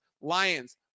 Lions